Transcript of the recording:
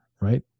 Right